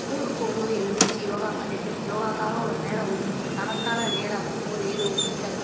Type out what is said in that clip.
ஸ்கூலுக்கு போகும் போது எழுந்திருச்சி யோகா பண்ணிட்டு யோகாக்காக ஒரு நேரம் ஒதுக்கும் போது தனக்கான நேரம் ஒரு இருபது நிமிடம்